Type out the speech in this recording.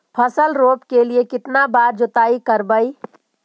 फसल रोप के लिय कितना बार जोतई करबय?